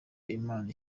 imana